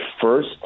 first